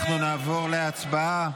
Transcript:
אנחנו נעבור להצבעה.